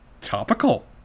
Topical